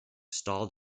stalled